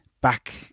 back